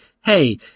hey